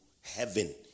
heaven